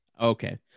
Okay